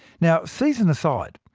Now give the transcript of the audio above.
now season aside,